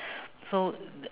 so